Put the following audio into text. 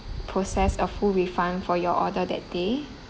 process a full refund for your order that day